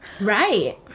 Right